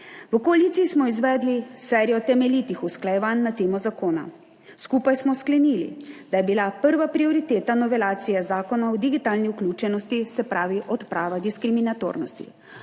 V koaliciji smo izvedli serijo temeljitih usklajevanj na temo zakona. Skupaj smo sklenili, da je bila prva prioriteta novelacije Zakona o digitalni vključenosti odprava diskriminatornosti.